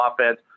offense